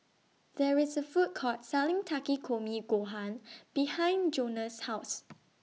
There IS A Food Court Selling Takikomi Gohan behind Jonas' House